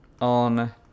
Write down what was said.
on